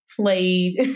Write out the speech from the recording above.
played